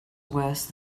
worse